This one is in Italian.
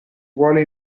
vuole